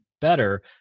better